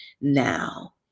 now